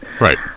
Right